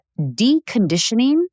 deconditioning